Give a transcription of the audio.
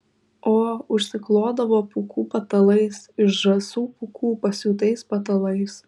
o užsiklodavo pūkų patalais iš žąsų pūkų pasiūtais patalais